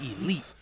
elite